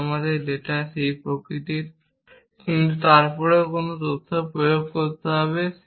কারণ আমাদের ডেটা সেই প্রকৃতির কিন্তু তারপরও কোন তথ্যে প্রয়োগ করতে হবে